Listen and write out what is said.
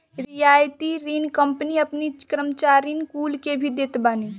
रियायती ऋण कंपनी अपनी कर्मचारीन कुल के भी देत बानी